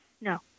No